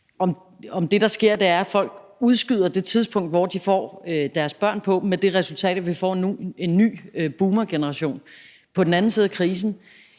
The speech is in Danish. om det, der sker, er, at folk udskyder det tidspunkt, hvor de får deres børn, med det resultat, at vi får en ny boomergeneration på den anden side af krisen;